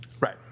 Right